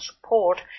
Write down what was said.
support